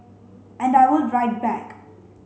and I would write back